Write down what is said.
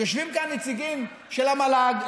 יושבים כאן נציגים של המל"ג,